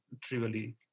trivially